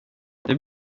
det